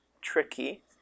tricky